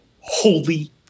holy